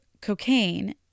cocaine